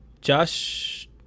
Josh